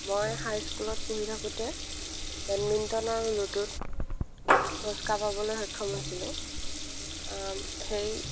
মই হাইস্কুলত পঢ়ি থাকোঁতে বেডমিণ্টন আৰু লুডুত পুৰস্কাৰ পাবলৈ সক্ষম হৈছিলো সেই